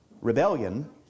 rebellion